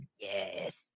yes